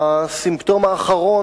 הסימפטום האחרון